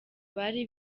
bari